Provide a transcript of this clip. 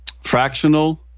Fractional